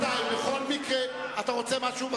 אתה רוצה משהו?